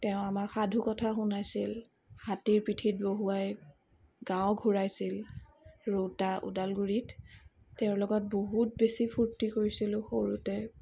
তেওঁ আমাক সাধুকথা শুনাইছিল হাতীৰ পিঠিত বহুৱাই গাঁও ঘূৰাইছিল ৰৌতা ওদালগুৰিত তেওঁৰ লগত বহুত বেছি ফুৰ্তি কৰিছিলোঁ সৰুতে